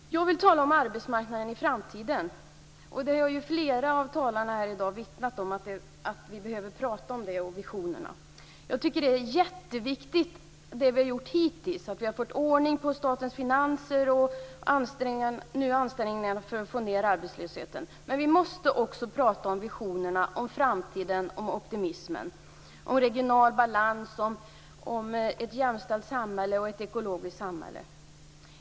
Fru talman! Jag vill tala om arbetsmarknaden i framtiden. Flera av talarna här i dag har ju vittnat om att vi behöver prata om det och om visionerna. Jag tycker att det vi hittills har gjort är jätteviktigt. Vi har fått ordning på statens finanser, och nu görs det ansträngningar att få ned arbetslösheten. Men vi måste också prata om visionerna, om framtiden, om optimismen, om regional balans, om ett jämställt samhälle och om ett ekologiskt samhälle.